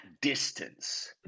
distance